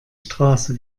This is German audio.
straße